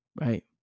right